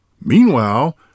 Meanwhile